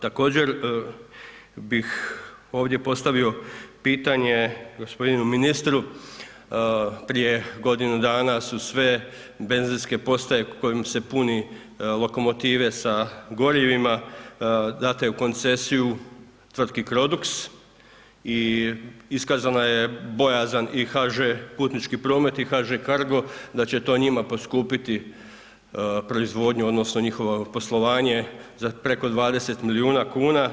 Također bih ovdje postavio pitanje gospodinu ministru, prije godinu dana su sve benzinske postaje kojima se pune lokomotive sa gorivima date u koncesiju tvtki Crodux i iskazana je i bojazan i HŽ Putnički promet i HŽ Cargo da će to njima poskupiti proizvodnju odnosno njihovo poslovanje za preko 20 milijuna kuna.